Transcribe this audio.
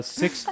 six